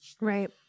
Right